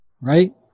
right